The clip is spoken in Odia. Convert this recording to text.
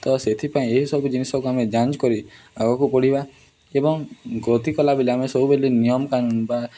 ତ ସେଥିପାଇଁ ଏହିସବୁ ଜିନିଷକୁ ଆମେ ଯାଞ୍ଚ କରି ଆଗକୁ ପଢ଼ିବା ଏବଂ ଗତି କଲାବେଳେ ଆମେ ସବୁବେଳେ ନିୟମ ବା